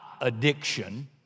addiction